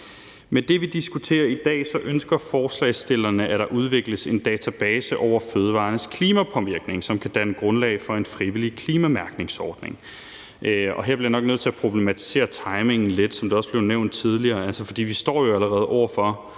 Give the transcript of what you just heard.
Med det, vi diskuterer i dag, ønsker forslagsstillerne, at der udvikles en database over fødevarernes klimapåvirkning, som kan danne grundlag for en frivillig mærkningsordning. Her bliver jeg nok nødt til at problematisere timingen lidt. Som det også er blevet nævnt tidligere, står vi allerede over for